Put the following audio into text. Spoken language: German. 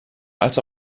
als